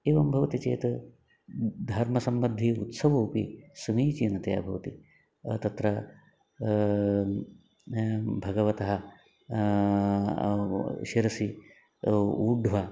एवं भवति चेत् धर्मसम्बद्धि उत्सवोपि समीचीनतया भवति तत्र भगवतः शिरसि ऊढ्वा